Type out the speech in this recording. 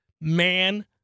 man